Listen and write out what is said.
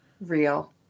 real